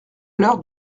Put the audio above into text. l’heure